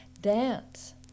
dance